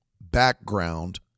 Background